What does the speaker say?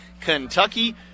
Kentucky